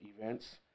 events